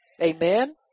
Amen